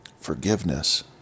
Forgiveness